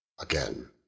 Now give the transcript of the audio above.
Again